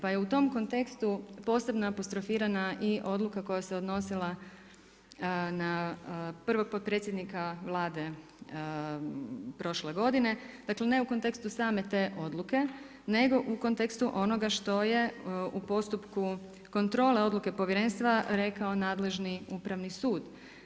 Pa je u tom kontekstu posebno apostrofirana i odluka koja se odnosila na prvog potpredsjednika Vlade prošle godine, dakle ne u kontekstu same te odluke nego u kontekstu onoga što je u postupku kontrole odluke povjerenstva rekao nadležni upravni sud.